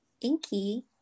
Inky